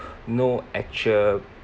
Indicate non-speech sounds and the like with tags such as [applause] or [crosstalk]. [breath] no actual